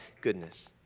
goodness